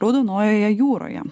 raudonojoje jūroje